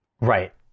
right